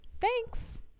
thanks